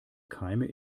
keime